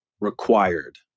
required